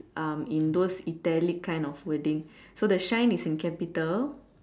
um in those italic kind of wording so the shine is in capital